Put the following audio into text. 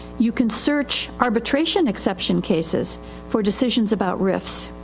you can search arbitration exception cases for decisions about rifis.